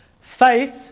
Faith